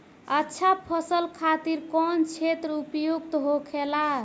अच्छा फसल खातिर कौन क्षेत्र उपयुक्त होखेला?